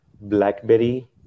BlackBerry